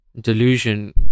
delusion